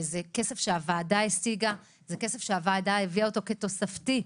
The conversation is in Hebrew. זה כסף שהוועדה השיגה והביאה אותו כתוספתי.